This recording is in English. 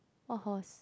what host